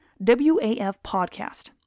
wafpodcast